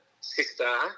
sister